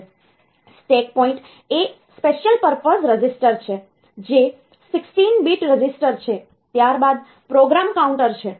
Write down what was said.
stack pointer એ special purpose special purpose ખાસ હેતુ રજીસ્ટર છે જે 16 bits રજીસ્ટર છે ત્યારબાદ પ્રોગ્રામ કાઉન્ટર છે